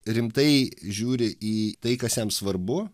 rimtai žiūri į tai kas jam svarbu